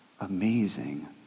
Amazing